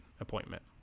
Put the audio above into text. appointment